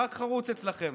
ח"כ חרוץ אצלכם,